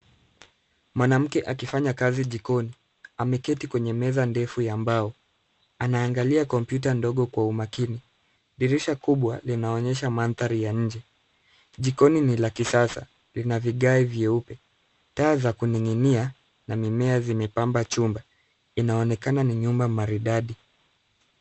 Mwanamke akifanya kazi jikoni, ameketi kwenye meza ndefu ya mbao, anaangalia kompyuta ndogo kwa umakini. Dirisha kubwa linaonyesha mandhari ya nje. Jikoni ni la kisasa lina vigae vyeupe. Taa za kuning'inia na mimea zimepamba chumba, inaonekana ni nyumba maridadi.